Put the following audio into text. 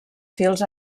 fils